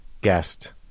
guest